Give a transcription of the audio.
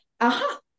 Aha